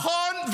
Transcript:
נכון,